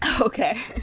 Okay